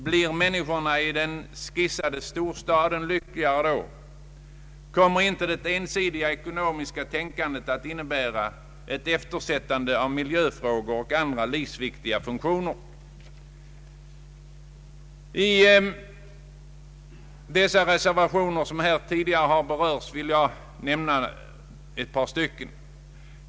Blir människorna i den skissade storstaden lyckligare då? Kommer inte det ensidiga ekonomiska tänkandet att innebära ett eftersättande av miljöfrågor och andra livsviktiga funktioner? Av de reservationer som tidigare berörts vill jag nämna ett par.